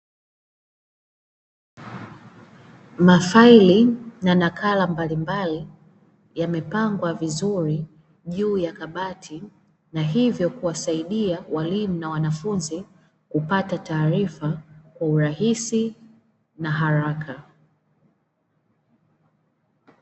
Mafaili na nakala mbalimbali, yamepangwa vizuri juu ya kabati na hivyo kuwasaidia walimu na wanafunzi, kupata taarifa kwa urahisi na haraka.